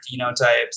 phenotypes